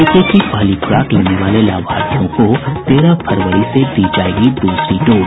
टीके की पहली खुराक लेने वाले लाभार्थियों को तेरह फरवरी से दी जायेगी दूसरी डोज